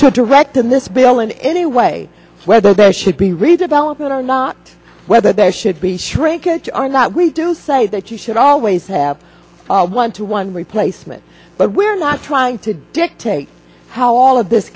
to direct in this bill in any way whether there should be redevelopment or not whether there should be shrinkage are not we do say that you should always have one to one replacement but we're not trying to dictate how all of this